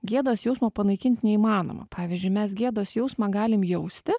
gėdos jausmo panaikint neįmanoma pavyzdžiui mes gėdos jausmą galim jausti